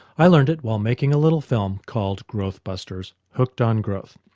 i learned it while making a little film called growthbusters hooked on growth.